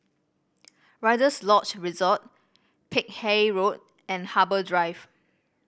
Rider's Lodge Resort Peck Hay Road and Harbour Drive